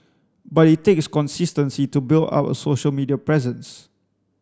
but it takes consistency to build up a social media presence